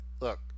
Look